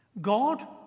God